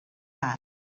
است